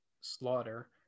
slaughter